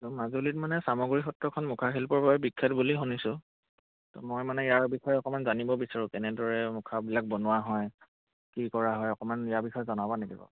ত' মাজুলীত মানে চামগুৰী সত্ৰখন মুখাশিল্পৰ বাবে বিখ্যাত বুলি শুনিছোঁ তো মই মানে ইয়াৰ বিষয়ে অকণমান জানিব বিচাৰোঁ কেনেদৰে মুখাবিলাক বনোৱা হয় কি কৰা হয় অকমান ইয়াৰ বিষয়ে জনাবা নেকি বাৰু